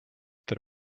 that